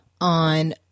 on